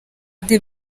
the